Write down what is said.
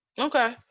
Okay